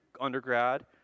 undergrad